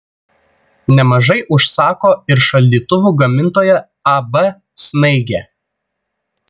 nemažai užsako ir šaldytuvų gamintoja ab snaigė